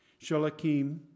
Shalakim